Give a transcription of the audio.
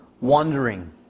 wandering